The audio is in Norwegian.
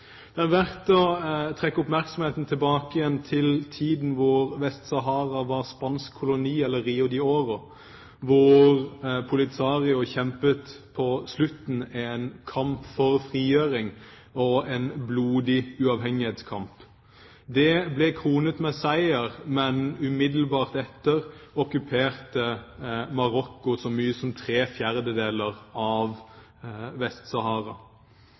Det er verdt å trekke oppmerksomheten tilbake igjen til tiden da Vest-Sahara var spansk koloni – Rio de Oro – hvor Polisario på slutten kjempet en kamp for frigjøring, en blodig uavhengighetskamp. Den ble kronet med seier, men umiddelbart etter okkuperte Marokko så mye som tre fjerdedeler av